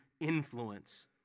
influence